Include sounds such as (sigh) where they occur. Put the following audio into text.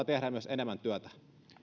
(unintelligible) tehdä myös enemmän työtä